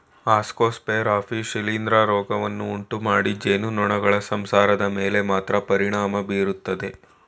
Ascosphaera ಆಪಿಸ್ ಶಿಲೀಂಧ್ರ ರೋಗವನ್ನು ಉಂಟುಮಾಡಿ ಜೇನುನೊಣಗಳ ಸಂಸಾರದ ಮೇಲೆ ಮಾತ್ರ ಪರಿಣಾಮ ಬೀರ್ತದೆ